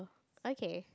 okay